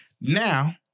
Now